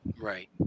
Right